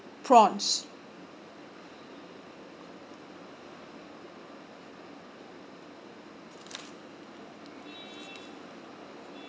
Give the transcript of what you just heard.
prawns